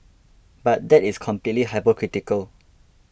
but that is completely hypocritical